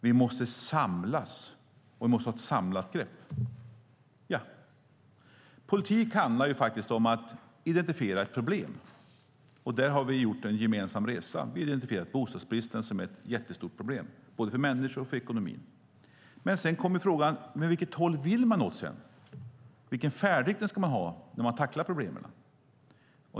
Vi måste samlas, och vi måste ha ett samlat grepp. Ja, politik handlar ju faktiskt om att identifiera ett problem, och där har vi gjort en gemensam resa: Vi har identifierat bostadsbristen som ett jättestort problem, både för människor och för ekonomin. Sedan kommer dock frågan: Vilket håll vill man åt? Vilken färdriktning ska man ha när man tacklar problemen?